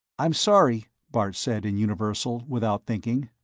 i'm sorry, bart said in universal, without thinking.